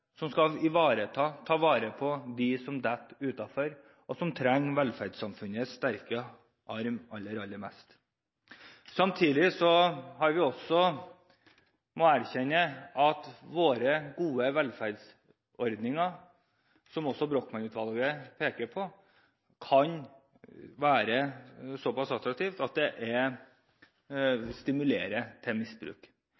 som skal ta vare på dem som faller utenfor, og som trenger velferdssamfunnets sterke arm aller, aller mest. Samtidig må vi også erkjenne at våre gode velferdsordninger kan, som Brochmann-utvalget peker på, være såpass attraktive at det